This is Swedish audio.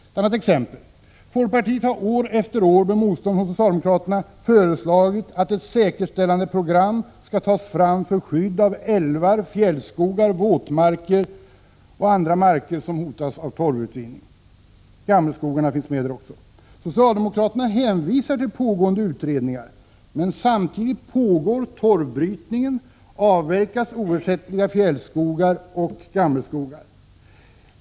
Ett annat exempel: Folkpartiet har år efter år med motstånd från socialdemokraterna föreslagit att ett säkerställandeprogram skall tas fram för skydd av älvar, fjällskogar, våtmarker och andra marker som hotas av torvutvinning, exempelvis gammelskogar. Socialdemokraterna hänvisar till pågående utredningar. Samtidigt pågår torvbrytningen, avverkas oersättliga fjällskogar och gammelskogar.